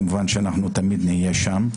כמובן שאנחנו תמיד נהיה שם,